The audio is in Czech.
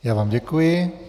Já vám děkuji.